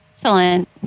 Excellent